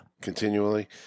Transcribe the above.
continually